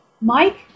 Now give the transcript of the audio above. Mike